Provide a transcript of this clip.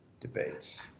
debates